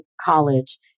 college